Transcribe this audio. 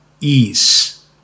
ease